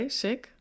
sick